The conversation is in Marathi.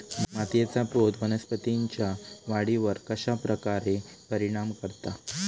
मातीएचा पोत वनस्पतींएच्या वाढीवर कश्या प्रकारे परिणाम करता?